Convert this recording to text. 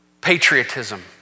patriotism